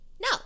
No